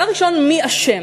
דבר ראשון, מי אשם?